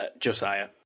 Josiah